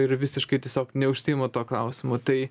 ir visiškai tiesiog neužsiima tuo klausimu tai